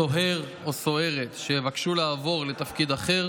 סוהר או סוהרת שיבקשו לעבור לתפקיד אחר